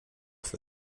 for